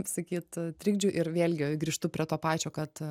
sakyt trikdžių ir vėlgi grįžtu prie to pačio kad